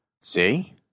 See